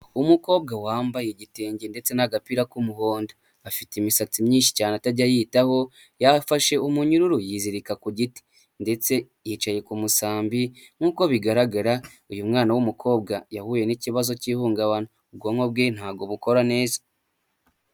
Umukobwa wambaye igitenge ndetse n'agapira k'umuhondo; afite imisatsi myinshi cyane atajya yitaho yarafashe umunyururu yizirika ku giti ndetse yicaye ku musambi. Nk'uko bigaragara uyu mwana w'umukobwa yahuye n'ikibazo cy'ihungabana, ubwonko bwe ntabwo bukora neza.